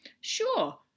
sure